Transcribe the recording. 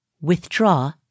withdraw